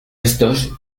estos